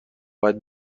باید